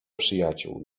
przyjaciół